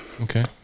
Okay